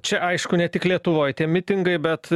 čia aišku ne tik lietuvoj tie mitingai bet